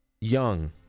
young